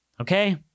Okay